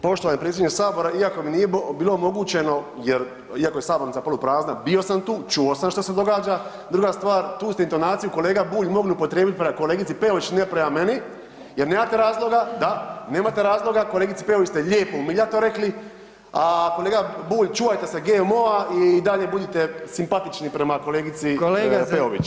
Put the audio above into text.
Poštovani predsjedniče Sabora, iako mi nije bilo omogućeno jer iako je sabornica poluprazna, bio sam tu, čuo sam što se događa, druga stvar, tu ste intonaciju kolega Bulj mogli upotrijebiti prema kolegici Peović, ne prema meni jer nemate razloga, da, nemate razloga, kolegici Peović ste lijepo umiljato rekli, a kolega Bulj, čuvajte se GMO-a i i dalje budite prema kolegici Peović.